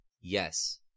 Yes